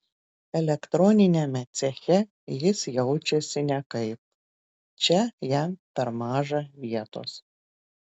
elektroniniame ceche jis jaučiasi nekaip čia jam per maža vietos